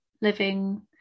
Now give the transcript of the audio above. living